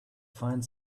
find